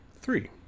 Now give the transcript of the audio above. Three